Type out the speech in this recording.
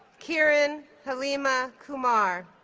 kiran halima kumar